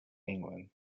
england